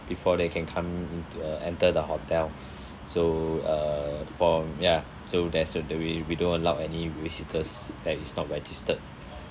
before they can come into uh enter the hotel so uh for ya so that's we we don't allow any visitors that is not registered